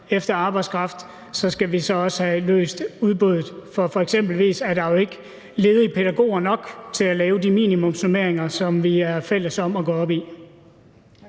på arbejdskraft – vi skal så også have løst det med udbuddet. For eksempelvis er der jo ikke nok ledige pædagoger til at lave de minimumsnormeringer, som vi er fælles om at gå op i.